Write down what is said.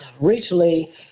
recently